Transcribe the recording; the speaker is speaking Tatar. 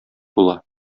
була